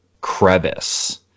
crevice